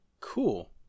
cool